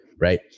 right